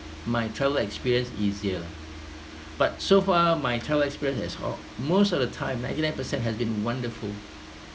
my travel experience easier but so far my travel experience has all most of the time ninety nine percent has been wonderful